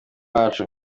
bacu